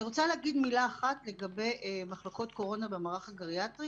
אני רוצה להגיד מילה אחת לגבי מחלקות קורונה במערך הגריאטרי